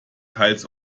teils